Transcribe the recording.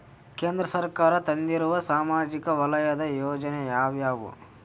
ಕೇಂದ್ರ ಸರ್ಕಾರ ತಂದಿರುವ ಸಾಮಾಜಿಕ ವಲಯದ ಯೋಜನೆ ಯಾವ್ಯಾವು?